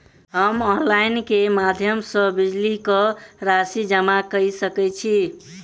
हम ऑनलाइन केँ माध्यम सँ बिजली कऽ राशि जमा कऽ सकैत छी?